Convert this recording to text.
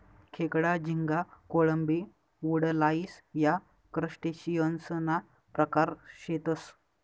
खेकडा, झिंगा, कोळंबी, वुडलाइस या क्रस्टेशियंससना प्रकार शेतसं